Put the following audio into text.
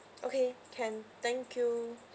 okay can thank you